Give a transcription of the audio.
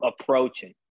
approaching